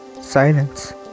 Silence